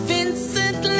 Vincent